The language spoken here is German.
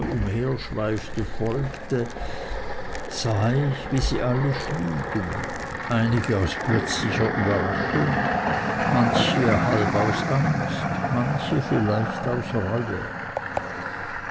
herumschweifte folgte sah ich wie sie alle schwiegen einige aus plötzlicher überraschung manche halb aus angst manche vielleicht aus reue